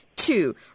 Two